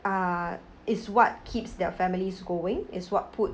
uh is what keeps their families going is what puts